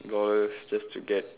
dollars just to get